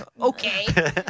Okay